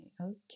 okay